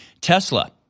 Tesla